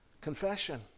Confession